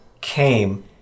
came